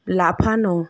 লাফানো